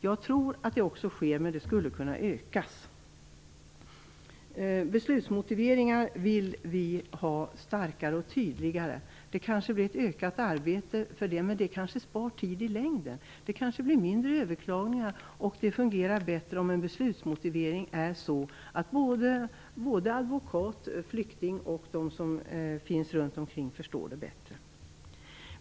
Jag tror att det också sker, men det skulle kunna ökas. Vi vill ha starkare och tydligare beslutsmotiveringar. Det kanske blir ett ökat arbete, men det kan spara tid i längden. Det kanske blir mindre överklaganden, och det fungerar bättre om en beslutsmotivering är sådan att advokat, flykting och de som finns runt omkring förstår den bättre.